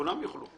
כולם יוכלו.